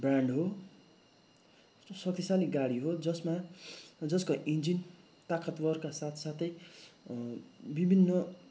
brand हो शक्तिशाली गाडी हो जसमा जसको इन्जिन ताकतवरका साथ साथै विभिन्न